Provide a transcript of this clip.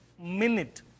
minute